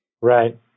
Right